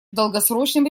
долгосрочным